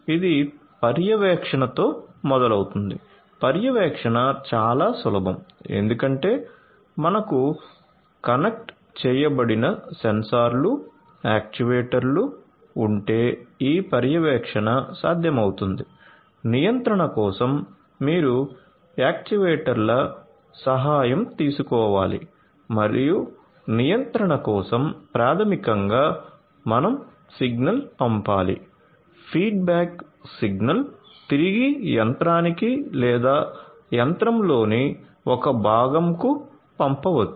ఇది పర్యవేక్షణతో మొదలవుతుంది పర్యవేక్షణ చాలా సులభం ఎందుకంటే మనకు కనెక్ట్ చేయబడిన సెన్సార్లు యాక్యుయేటర్లు ఉంటే ఈ పర్యవేక్షణ సాధ్యమవుతుంది నియంత్రణ కోసం మీరు యాక్యుయేటర్ల సహాయం తీసుకోవాలి మరియు నియంత్రణ కోసం ప్రాథమికంగా మనం సిగ్నల్ పంపాలి ఫీడ్బ్యాక్ సిగ్నల్ తిరిగి యంత్రానికి లేదా యంత్రంలోని ఒక భాగం కు పంపవచ్చు